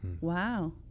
Wow